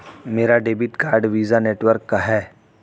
मेरा debit card Visa network का है